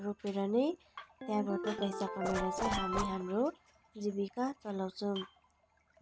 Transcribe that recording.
रोपेर नै त्यहाँबाट पैसा कमाएर चाहिँ हामी हाम्रो जीविका चलाउँछौँ